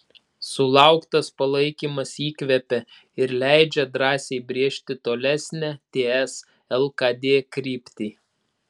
sulauktas palaikymas įkvepia ir leidžia drąsiai brėžti tolesnę ts lkd kryptį